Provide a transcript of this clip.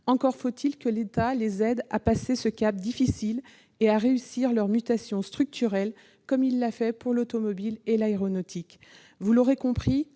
encore faut-il que l'État les aide à passer ce cap difficile et à réussir leur mutation structurelle, comme il l'a fait pour l'automobile et l'aéronautique. L'industrie